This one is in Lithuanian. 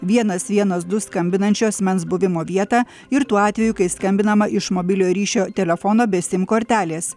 vienas vienas du skambinančio asmens buvimo vietą ir tuo atveju kai skambinama iš mobiliojo ryšio telefono be sim kortelės